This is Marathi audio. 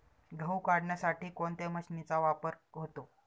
गहू काढण्यासाठी कोणत्या मशीनचा वापर होतो?